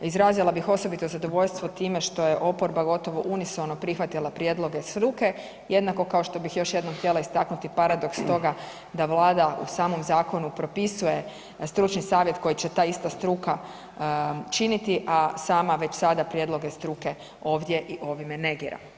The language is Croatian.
Izrazila bih osobito zadovoljstvo time što je oporba gotovo unisono prihvatila prijedloge struke, jednako kao što bih još jednom htjela istaknuti paradoks toga da Vlada u samom zakonu propisuje stručni savjet koji će ta ista struka činiti, a sama već sada prijedloge struke ovdje i ovime negira.